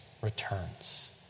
returns